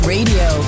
Radio